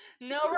No